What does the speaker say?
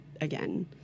again